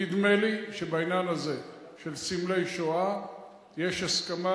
נדמה לי שבעניין הזה של סמלי שואה יש הסכמה.